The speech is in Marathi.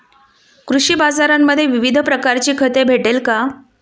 कृषी बाजारांमध्ये विविध प्रकारची खते भेटेल का?